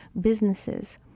businesses